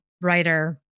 writer